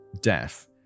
death